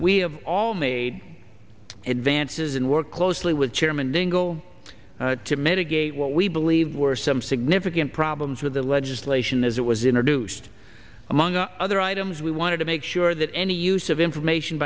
have all made advances and work closely chairman dingell to mitigate what we believe were some significant problems with the legislation as it was introduced among other items we wanted to make sure that any use of information